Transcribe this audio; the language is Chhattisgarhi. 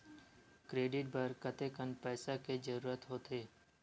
क्रेडिट बर कतेकन पईसा के जरूरत होथे?